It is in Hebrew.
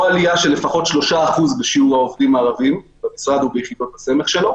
עלייה של לפחות 3% בשיעור העובדים הערבים במשרד וביחידות הסמך שלו